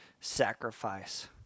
sacrifice